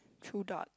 threw dart